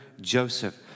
Joseph